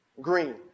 green